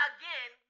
again